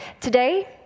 Today